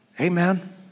Amen